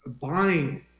buying